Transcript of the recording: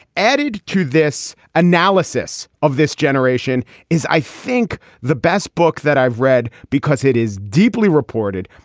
added to this analysis of this generation is, i think the best book that i've read, because it is deeply reported.